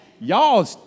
y'all